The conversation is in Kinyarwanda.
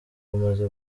bumaze